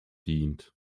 dient